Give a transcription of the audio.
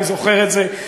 אני זוכר את זה.